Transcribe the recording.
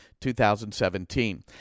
2017